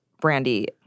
Brandy